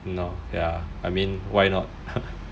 mmhmm I mean like why not